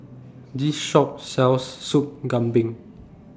This Shop sells Soup Kambing